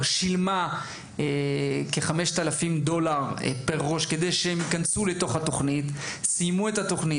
שילמה כ-5,000 דולר פר ראש כדי שהן תסיימנה את התוכנית.